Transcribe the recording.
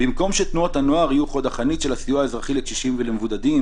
במקום שתנועות הנוער יהיו חוד החנית של הסיוע האזרחי לקשישים ולמבודדים,